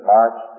March